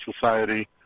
Society